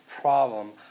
problem